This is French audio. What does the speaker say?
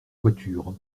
voiture